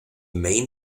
main